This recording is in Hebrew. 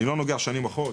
אני לא נוגע בשנים אחורה,